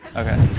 okay.